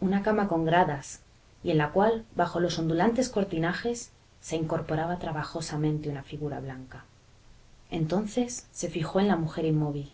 una cama con gradas y en la cual bajo los ondulantes cortinajes se incorporaba trabajosamente una figura blanca entonces se fijó en la mujer inmóvil